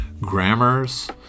grammars